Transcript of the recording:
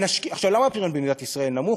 למה הפריון במדינת ישראל נמוך?